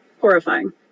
horrifying